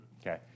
Okay